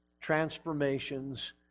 transformations